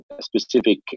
specific